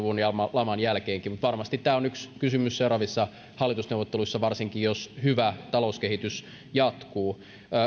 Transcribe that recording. laman jälkeen mutta varmasti tämä on yksi kysymys seuraavissa hallitusneuvotteluissa varsinkin jos hyvä talouskehitys jatkuu